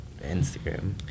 Instagram